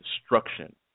destruction